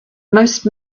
most